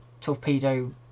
torpedo